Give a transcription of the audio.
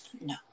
No